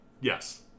Yes